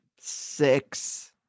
Six